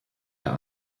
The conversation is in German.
der